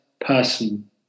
person